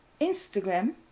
Instagram